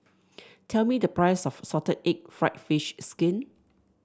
tell me the price of Salted Egg fried fish skin